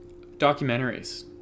documentaries